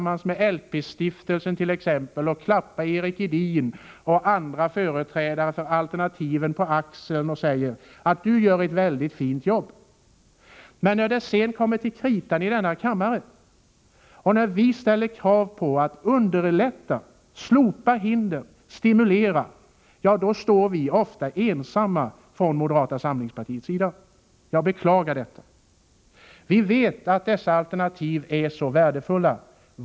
Man firar t.ex. högtid tillsammans med LP-stiftelsen, klappar Eric Hedin på axeln och säger: Du gör ett väldigt fint jobb. Men när det sedan kommer till kritan i kammaren och vi ställer krav på att man skall underlätta, slopa hinder och stimulera står vi från moderata samlingspartiets sida ofta ensamma. Jag beklagar detta. Vi vet att de alternativa vårdmöjligheterna är mycket värdefulla.